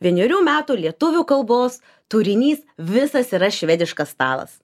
vienerių metų lietuvių kalbos turinys visas yra švediškas stalas